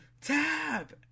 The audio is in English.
Tap